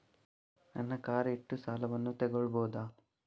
ನನ್ನ ಕಾರ್ ಇಟ್ಟು ಸಾಲವನ್ನು ತಗೋಳ್ಬಹುದಾ?